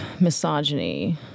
misogyny